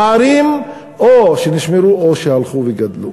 הפערים או שנשמרו או שהלכו וגדלו.